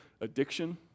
addiction